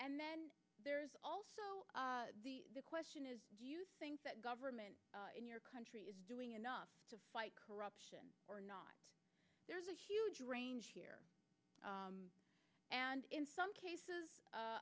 and then there is also the question is do you think that government in your country is doing enough to fight corruption or not there's a huge range here and in some cases a